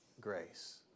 grace